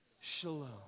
Shalom